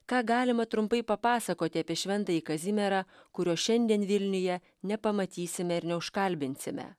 ką galima trumpai papasakoti apie šventąjį kazimierą kurio šiandien vilniuje nepamatysime ir neužkalbinsime